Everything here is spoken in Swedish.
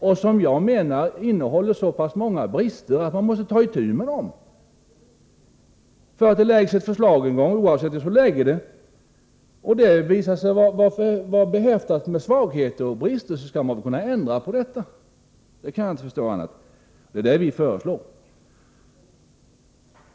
Jag menar att det förslaget innehåller så många brister att regeringen måste ta itu med dem. Om det framläggs ett förslag — oavsett vem som framlägger det — som sedan visar sig vara behäftat med svagheter och brister, skall man väl kunna ändra på det. Jag kan inte förstå annat — och det är en sådan ändring vi nu föreslår.